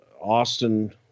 Austin